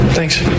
Thanks